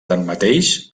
tanmateix